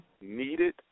needed